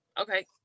okay